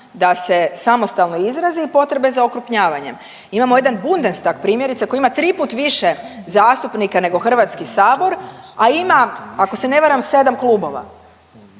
da se samostalno izrazi i potrebe za okrupnjavanjem. Imamo jedan Bundestag primjerice koji ima tri put više zastupnika nego HS, a ima ako se ne varam sedam klubova.